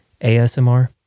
ASMR